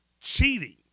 cheating